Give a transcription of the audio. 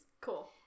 Cool